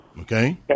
Okay